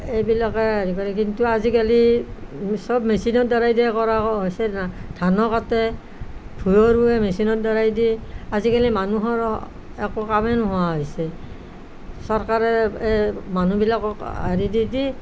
এইবিলাকে আজিকালি কিন্তু আজিকালি চব মেচিনৰ দ্বাৰাইদিয়ে কৰা হৈছে না ধানো কাটে ভূঁয়ো ৰোৱে মেচিনৰ দ্বাৰাইদি আজিকালি মানুহৰো একো কামেই নোহোৱা হৈছে চৰকাৰে মানুহবিলাকক হেৰি দি দি